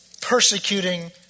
persecuting